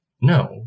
no